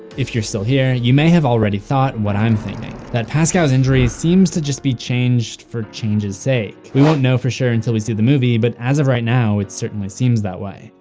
if you're still here, you may have already thought what i'm thinking that pascow's injury seems to just be changed for change's sake. we won't know for sure until we see the movie, but as of right now it certainly seems that way.